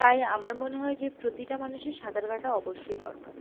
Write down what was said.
তাই আমার মনে হয় যে প্রতিটা মানুষের সাঁতার কাটা অবশ্যই দরকার